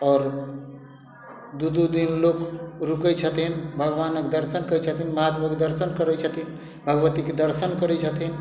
आओर दू दू दिन लोक रुकय छथिन भगवानक दर्शन करय छथिन महादेवक दर्शन करय छथिन भगवतीके दर्शन करय छथिन